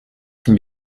can